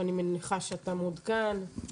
אני מניחה שאתה מעודכן.